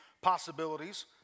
possibilities